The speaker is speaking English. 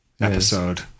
episode